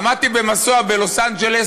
עמדתי במסוע בלוס-אנג'לס.